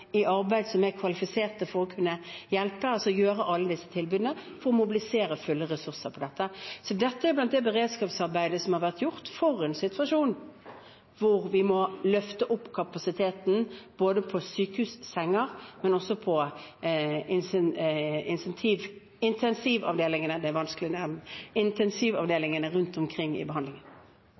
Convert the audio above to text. i arbeid – altså få til alle disse tilbudene og mobilisere fulle ressurser på det. Dette er blant det beredskapsarbeidet som har vært gjort for en situasjon der vi må løfte kapasiteten på sykehussenger, men også på intensivavdelingene rundt omkring i behandlingen. Une Bastholm – til oppfølgingsspørsmål. Jeg synes ikke statsministeren svarer tydelig om kommuneøkonomien og presset på kommunene i